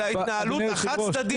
זאת ההתנהלות החד צדדית הזאת.